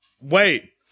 wait